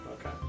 Okay